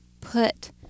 put